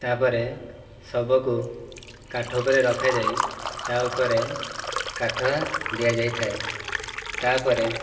ତା ପରେ ଶବକୁ କାଠ ଉପରେ ରଖାଯାଇ ତା ଉପରେ କାଠ ଦିଆଯାଇଥାଏ ତା ପରେ